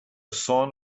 son